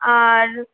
আর